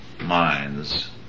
minds